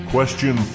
Question